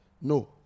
no